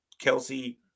Kelsey